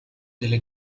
delle